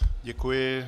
Děkuji.